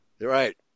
Right